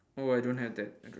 oh I don't have that I don~